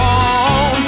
on